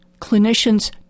clinicians